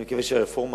הרפורמה,